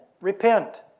Repent